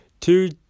Two